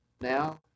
now